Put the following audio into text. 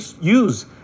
use